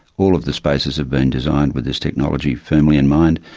all of the spaces have been designed with this technology firmly in mind.